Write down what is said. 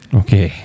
okay